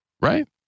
right